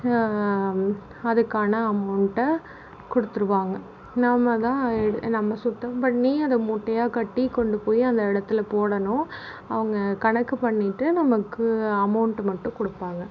அதுக்கான அமௌன்ட்டை கொடுத்துருவாங்க நாம்தான் நம்ம சுத்தம் பண்ணி அதை மூட்டையாக கட்டி கொண்டு போய் அந்த இடத்துல போடணும் அவங்க கணக்கு பண்ணிட்டு நமக்கு அமௌன்ட் மட்டும் கொடுப்பாங்க